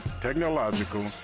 technological